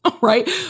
Right